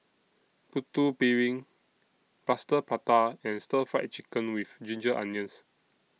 Putu Piring Plaster Prata and Stir Fried Chicken with Ginger Onions